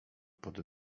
pod